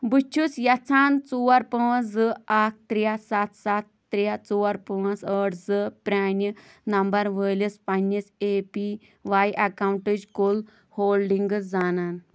بہٕ چھُس یژھان ژور پٲںٛژ زٕ اَکھ ترٛےٚ سَتھ سَتھ ترٛےٚ ژور پٲنٛژ ٲٹھ زٕ پرٛانہِ نمبر وٲلِس پنٕنِس اے پی واٮٔی اکاؤنٹٕچ کُل ہولڈنگز زانان